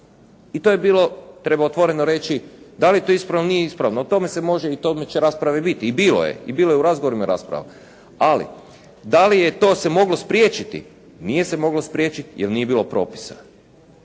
I to je bilo, treba otvoreno reći da li je to ispravno, nije ispravno. O tome se može i o tome će rasprave biti i bilo je. I bilo je u razgovorima rasprava. Ali da li je to se moglo spriječiti? Nije se moglo spriječiti jer nije bilo propisa?